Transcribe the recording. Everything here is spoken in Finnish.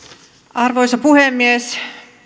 arvoisa puhemies